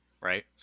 right